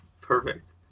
perfect